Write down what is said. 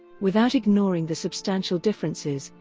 without ignoring the substantial differences,